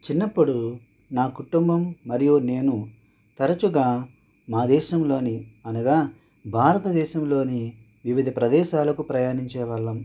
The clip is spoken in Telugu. చిన్నప్పుడు నా కుటుంబం మరియు నేను తరచుగా మా దేశంలోని అనగా భారతదేశంలోని వివిధ ప్రదేశాలకు ప్రయాణించే వాళ్ళం